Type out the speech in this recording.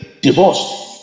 divorce